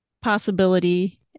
possibility